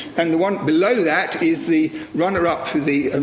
and the one below that is the runner-up to the